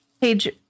page